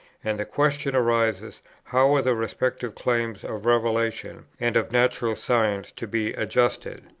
and the question arises how are the respective claims of revelation and of natural science to be adjusted.